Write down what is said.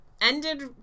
ended